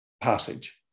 passage